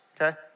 okay